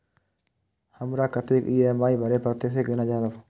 हमरा कतेक ई.एम.आई भरें परतें से केना जानब?